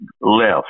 left